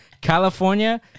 California